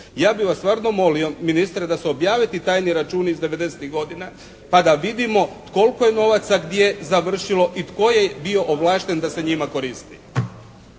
Ja bih vas stvarno molio ministre da se objave ti tajni računi iz devedesetih godina pa da vidimo koliko je novaca gdje završilo i tko je bio ovlašten da se njima koristi.